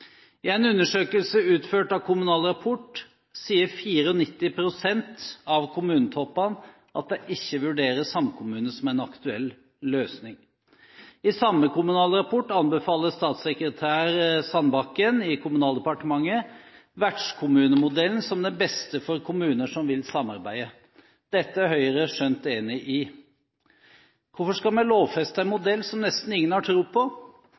I en undersøkelse utført av Kommunal Rapport sier 94 pst. av kommunetoppene at de ikke vurderer samkommune som en aktuell løsning. I samme Kommunal Rapport anbefaler statssekretær Sandbakken i Kommunal- og regionaldepartementet vertskommunemodellen som den beste for kommuner som vil samarbeide. Dette er Høyre skjønt enig i. Hvorfor skal vi lovfeste en modell som nesten ingen har tro på